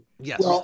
Yes